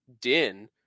Din